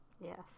Yes